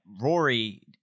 Rory